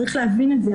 צריך להבין את זה.